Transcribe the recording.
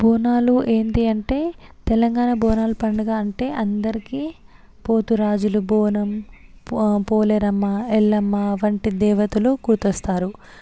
బోనాలు ఏంటి అంటే తెలంగాణ బోనాల పండుగ అంటే అందరికీ పోతురాజులు బోనం పోలేరమ్మ ఎల్లమ్మ వంటి దేవతలు గుర్తొస్తారు